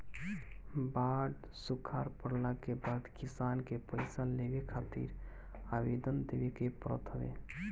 बाढ़ सुखा पड़ला के बाद किसान के पईसा लेवे खातिर आवेदन देवे के पड़त हवे